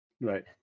Right